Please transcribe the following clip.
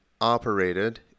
operated